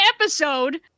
episode